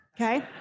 okay